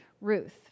Ruth